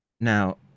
Now